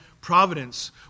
providence